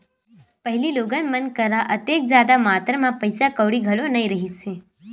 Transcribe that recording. पहिली लोगन मन करा ओतेक जादा मातरा म पइसा कउड़ी घलो नइ रिहिस हे